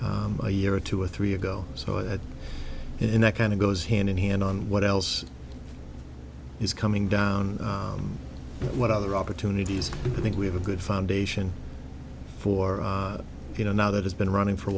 a year or two or three ago so it and that kind of goes hand in hand on what else is coming down what other opportunities i think we have a good foundation for you know now that it's been running for a